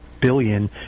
billion